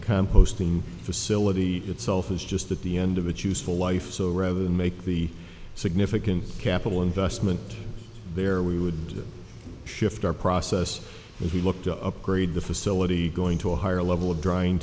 the composting facility itself is just at the end of its useful life so rather than make the significant capital investment there we would shift our process maybe look to upgrade the facility going to a higher level of drying